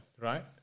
Right